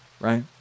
right